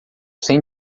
sem